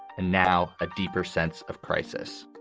and now a deeper sense of crisis